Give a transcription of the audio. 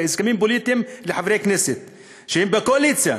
הסכמים פוליטיים לחברי כנסת שהם בקואליציה.